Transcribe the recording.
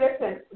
listen